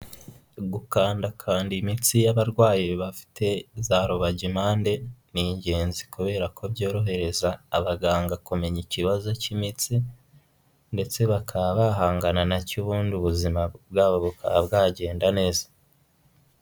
Gukanda kanda imitsi y'abarwayi bafite za rubagimpande ni ingenzi kubera ko byorohereza abaganga kumenya ikibazo cy'imitsi ndetse bakaba bahangana na cyo ubundi ubuzima bwabo bukaba bwagenda neza.